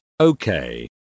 Okay